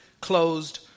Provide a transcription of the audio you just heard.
closed